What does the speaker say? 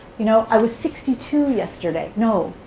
you know i was sixty two yesterday. no,